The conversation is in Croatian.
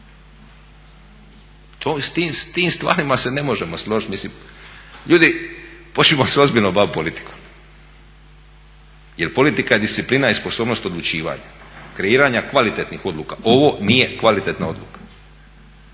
S time stvarima se ne možemo složiti. Mislim, ljudi, počnimo se ozbiljno baviti politikom. Jer politika je disciplina i sposobnost odlučivanja, kreiranja kvalitetnih odluka. Ovo nije kvalitetna odluka